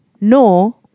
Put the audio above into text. No